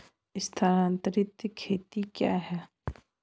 स्थानांतरित खेती क्या है?